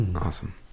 Awesome